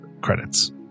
credits